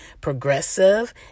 progressive